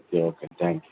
okay okay thank you